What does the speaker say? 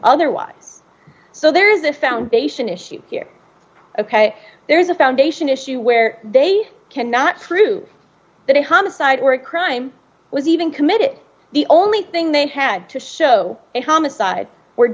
otherwise so there is a foundation issue here ok there is a foundation issue where they cannot prove that a homicide or a crime was even committed the only thing they had to show in homicide